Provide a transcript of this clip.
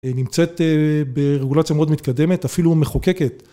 נמצאת ברגולציה מאוד מתקדמת, אפילו מחוקקת.